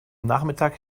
nachmittag